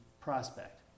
prospect